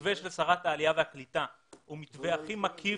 המתווה של שרת העלייה והקליטה הוא המתווה הכי מקיף